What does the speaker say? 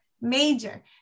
Major